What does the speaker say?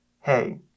hey